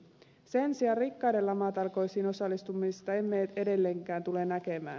sen sijaan rikkaiden lamatalkoisiin osallistumista emme edelleenkään tule näkemään